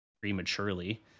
prematurely